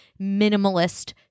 minimalist